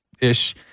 ish